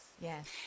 yes